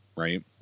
right